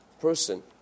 person